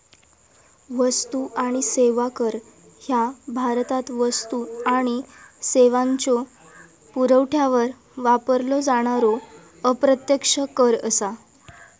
वस्तू आणि सेवा कर ह्या भारतात वस्तू आणि सेवांच्यो पुरवठ्यावर वापरलो जाणारो अप्रत्यक्ष कर असा